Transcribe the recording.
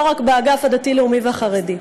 לא רק באגף הדתי-לאומי והחרדי,